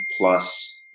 plus